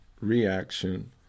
reaction